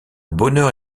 bonheur